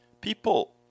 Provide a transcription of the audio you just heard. People